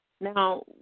Now